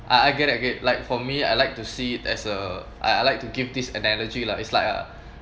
I I get I get like for me I like to see it as a I I like to give this analogy lah it's like a